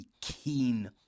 keen